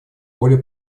более